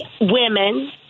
women